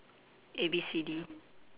A B C D